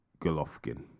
Golovkin